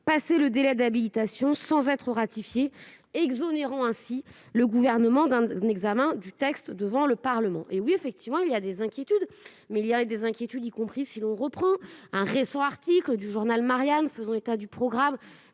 passé le délai d'habilitation sans être ratifié exonérant ainsi le gouvernement d'un examen du texte devant le Parlement, hé oui, effectivement, il y a des inquiétudes, mais il y avait des inquiétudes, y compris si l'on reprend un récent article du journal Marianne faisant état du programme